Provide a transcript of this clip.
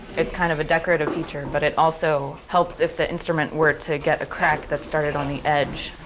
it's kind of a decorative feature, but it also helps if the instrument were to get a crack that started on the edge,